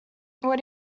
what